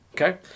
Okay